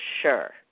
sure